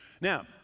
Now